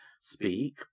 speak